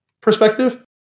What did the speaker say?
perspective